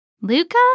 Luca